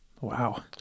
Wow